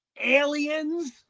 aliens